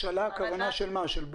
השאלה של בוסטרים?